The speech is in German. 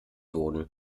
wurden